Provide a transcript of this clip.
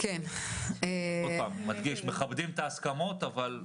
עוד פעם, מכבדים את ההסכמות אבל.